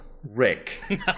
Rick